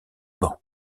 banc